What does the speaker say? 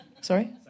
Sorry